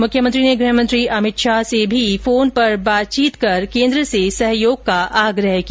मुख्यमंत्री ने गृह मंत्री अमित शाह से भी फोन पर बातचीत कर केन्द्र से सहयोग का आग्रह किया